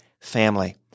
FAMILY